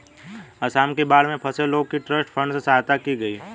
आसाम की बाढ़ में फंसे लोगों की ट्रस्ट फंड से सहायता की गई